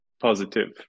positive